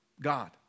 God